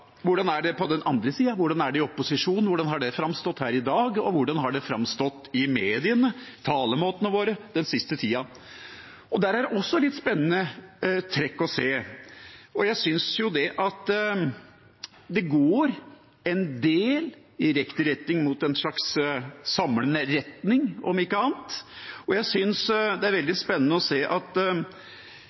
Hvordan er det på den andre siden, hvordan er det i opposisjonen? Hvordan har det framstått her i dag, og hvordan har det framstått i mediene, i talemåtene våre den siste tida? Der er det også noen litt spennende trekk å se. Jeg synes jo en del går i riktig retning, mot en slags samlende retning, om ikke annet. Det var også veldig spennende å se at